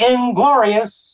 Inglorious